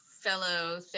fellow